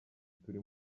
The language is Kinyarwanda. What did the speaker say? turi